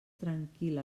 tranquil